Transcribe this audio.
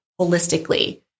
holistically